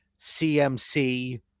CMC